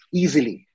easily